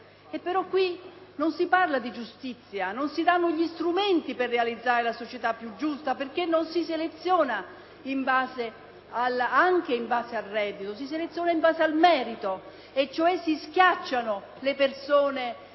Pero qui non si parla di giustizia, non si danno gli strumenti per realizzare una societapiu giusta perche´ non si seleziona anche in base al reddito, ma solo in base al merito. In altri termini, si schiacciano le persone